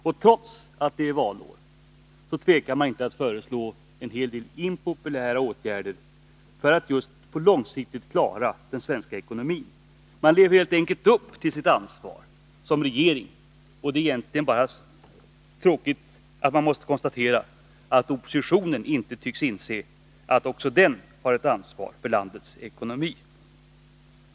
Och trots att det är valår tvekar man inte att föreslå en hel del 8 Riksdagens protokoll 1981/82:140-144 impopulära åtgärder för att just långsiktigt klara den svenska ekonomin. Man lever helt enkelt upp till sitt ansvar som regering, och det är egentligen bara tråkigt att tvingas konstatera att oppositionen inte tycks inse att också den har ett ansvar för landets ekonomi.